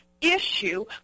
issue